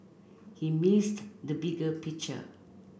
he missed the bigger picture